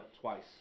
twice